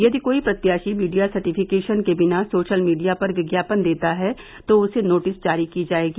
यदि कोई प्रत्याशी मीडिया सर्टिफिकेशन के बिना सोशल मीडिया पर विज्ञापन देता है तो उसे नोटिस जारी की जाएगी